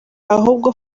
ahubwo